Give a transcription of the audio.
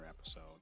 episode